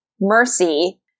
Mercy